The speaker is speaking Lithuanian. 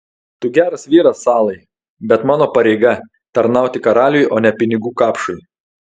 tu geras vyras salai bet mano pareiga tarnauti karaliui o ne pinigų kapšui